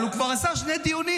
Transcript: אבל הוא כבר עשה שני דיונים,